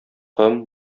ком